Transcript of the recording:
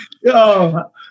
Yo